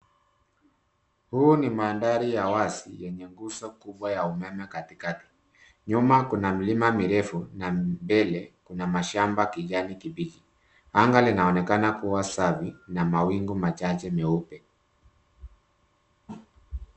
Huu ni manthari ya wasi yenye nguzo kubwa ya umeme katikati, nyuma Kuna mlima mirefu na mbele Kuna shamba ya kijani kipiji anga linaonekana kuwa safi na mawingu machache meupe